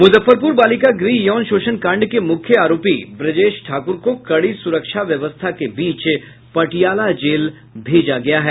मुजफ्फरपूर बालिका गृह यौन शोषण कांड के मुख्य आरोपी ब्रजेश ठाक्र को कड़ी सुरक्षा व्यवस्था के बीच पटियाला जेल भेजा गया है